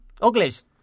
uglies